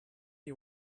you